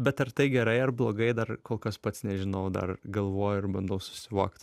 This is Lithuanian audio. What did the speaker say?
bet ar tai gerai ar blogai dar kol kas pats nežinau dar galvoju ir bandau susivokt